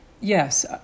yes